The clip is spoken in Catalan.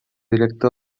directa